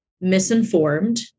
misinformed